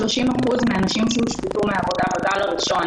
30% מן הנשים שהושבתו מעבודה בגל הראשון